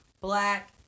black